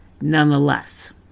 nonetheless